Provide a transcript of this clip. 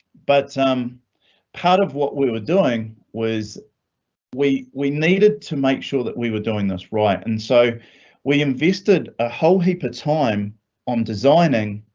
but some part of what we were doing was we we needed to make sure that we were doing this right and so we invested a whole heap of time on designing.